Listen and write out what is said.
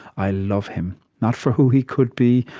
i love him. not for who he could be,